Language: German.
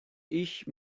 ich